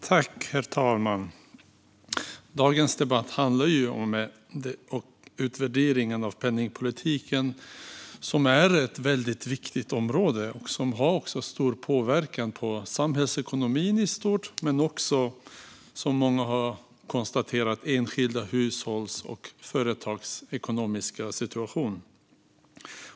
Herr talman! Dagens debatt handlar om utvärderingen av penningpolitiken - ett väldigt viktigt område som har stor påverkan på samhällsekonomin i stort men också, som någon har konstaterat, på enskilda hushålls och företags ekonomiska situation.